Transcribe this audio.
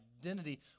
identity